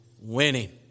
winning